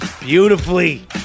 beautifully